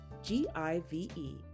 G-I-V-E